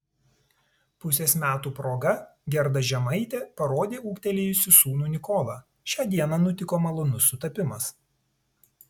pusės metų proga gerda žemaitė parodė ūgtelėjusį sūnų nikolą šią dieną nutiko malonus sutapimas